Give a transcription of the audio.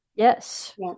Yes